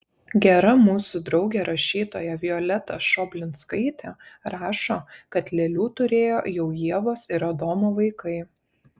gera mūsų draugė rašytoja violeta šoblinskaitė rašo kad lėlių turėjo jau ievos ir adomo vaikai